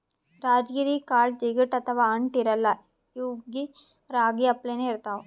ರಾಜಗಿರಿ ಕಾಳ್ ಜಿಗಟ್ ಅಥವಾ ಅಂಟ್ ಇರಲ್ಲಾ ಇವ್ಬಿ ರಾಗಿ ಅಪ್ಲೆನೇ ಇರ್ತವ್